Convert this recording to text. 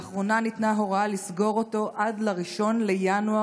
לאחרונה ניתנה הוראה לסגור אותו עד 1 בינואר